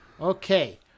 Okay